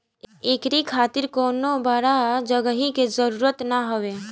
एकरी खातिर कवनो बड़ जगही के जरुरत ना हवे